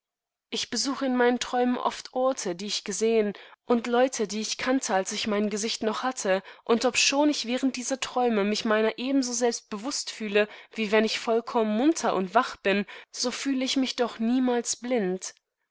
ich das augenlicht verloren einen seltsamenumstandanmirbemerkthabe ichträumesehrviel aberichträumeniemals vonmiralseinemblinden ichbesucheinmeinenträumenoftorte dieichgesehen und leute die ich kannte als ich mein gesicht noch hatte und obschon ich während dieser träume mich meiner ebenso selbst bewußt fühle wie wenn ich vollkommen munter und wach bin so fühle ich mich doch niemals blind